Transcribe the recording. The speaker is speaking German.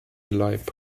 leib